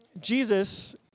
Jesus